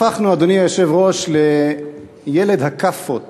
הפכנו, אדוני היושב-ראש, לילד הכאפות